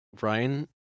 Ryan